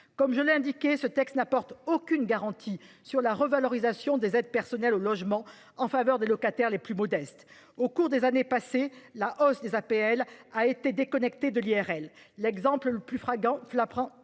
Comme je l'ai déjà indiqué, ce texte n'offre aucune garantie sur la revalorisation des aides personnelles au logement en faveur des locataires les plus modestes. Au cours des années passées, la hausse des APL a été déconnectée de l'IRL. L'exemple le plus flagrant est